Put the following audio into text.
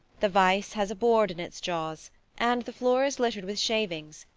the vice has a board in its jaws and the floor is littered with shavings,